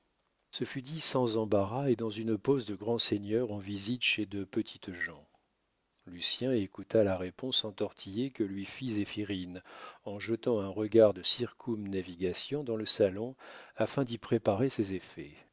ce fut dit sans embarras et dans une pose de grand seigneur en visite chez de petites gens lucien écouta la réponse entortillée que lui fit zéphirine en jetant un regard de circumnavigation dans le salon afin d'y préparer ses effets